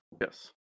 Yes